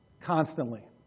constantly